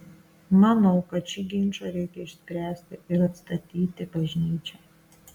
manau kad šį ginčą reikia išspręsti ir atstatyti bažnyčią